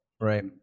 Right